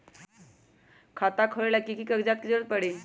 खाता खोले ला कि कि कागजात के जरूरत परी?